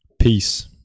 Peace